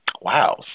wow